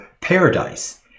paradise